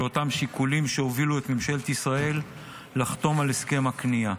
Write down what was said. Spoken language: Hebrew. לאותם שיקולים שהובילו את ממשלת ישראל לחתום על הסכם הכניעה,